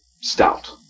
stout